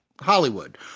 Hollywood